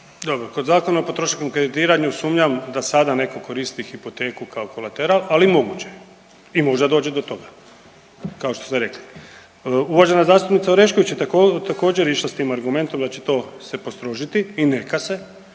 Dobro. Po Zakonu o potrošačkom kreditiranju sumnjam da sada netko koristi hipoteku kao kolateral, ali moguće i možda dođe do toga kao što ste rekli. Uvažena zastupnica Orešković je također, išla s tim argumentom da će to se postrožiti i neka se,